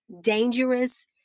dangerous